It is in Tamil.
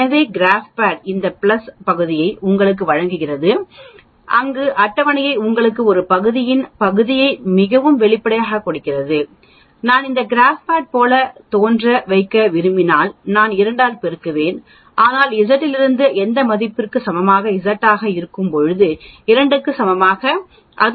எனவே கிராப்பேட் இந்த பிளஸ் பகுதியை உங்களுக்கு வழங்குகிறது அங்கு அட்டவணை உங்களுக்கு ஒரு பகுதியின் பகுதியை மிகவும் வெளிப்படையாகக் கொடுக்கிறது நான் அதை கிராப்பேட் போல தோன்ற வைக்க விரும்பினால் நான் 2 ஆல் பெருக்குவேன் எனவே Z இலிருந்து எந்த மதிப்பிற்கும் சமமாக Z ஆக இருக்கும்போது 2 க்கு சமமாக இது உங்களுக்கு 0